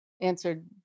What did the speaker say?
answered